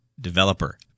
developer